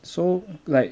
so like